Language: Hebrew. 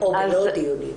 או שלא בדיונים?